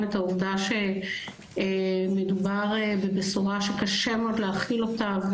את העובדה שמדובר בבשורה שקשה מאוד להכיל אותה.